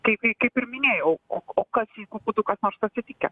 kaip į kaip ir minėjai o ko o kas jeigu būtų kas nors atsitikę